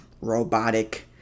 robotic